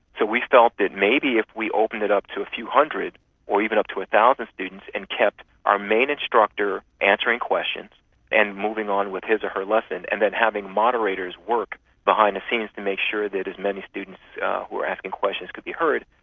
so we felt that maybe if we opened it up to a few hundred or even up to one thousand students and kept our main instructor answering questions and moving on with his or her lesson and then having moderators work behind the scenes to make sure that as many students who were asking questions could be heard,